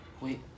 Wait